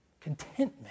contentment